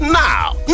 now